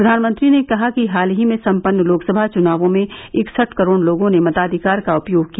प्रधानमंत्री ने कहा कि हाल ही में सम्पन्न लोकसभा चुनावों में इकसठ करोड़ लोगों ने मताधिकार का उपयोग किया